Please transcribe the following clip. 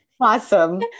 Awesome